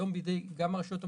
היום גם בידי הרשויות המקומיות,